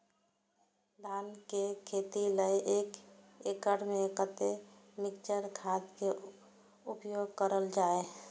धान के खेती लय एक एकड़ में कते मिक्चर खाद के उपयोग करल जाय?